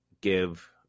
give